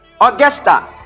Augusta